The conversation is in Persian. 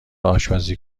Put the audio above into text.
آشپزی